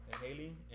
Haley